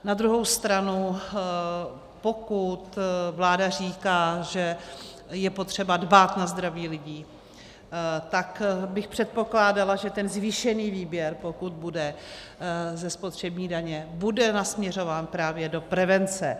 Na druhou stranu pokud vláda říká, že je potřeba dbát na zdraví lidí, tak bych předpokládala, že ten zvýšený výběr, pokud bude ze spotřební daně, bude nasměrován právě do prevence.